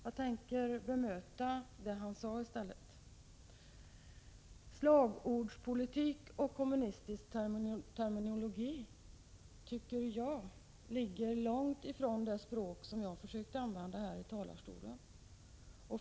Jag tänker i stället bemöta det Kurt Hugosson sade. Jag tycker att slagordspolitik och kommunistisk terminologi ligger långt ifrån det språk som jag använde här i talarstolen.